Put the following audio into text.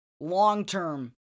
long-term